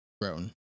grown